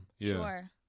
Sure